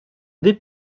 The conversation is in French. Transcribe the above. des